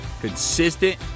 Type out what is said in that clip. Consistent